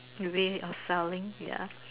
way of selling ya